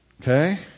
Okay